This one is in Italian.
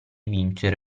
vincere